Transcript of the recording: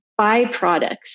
byproducts